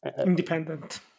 Independent